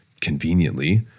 conveniently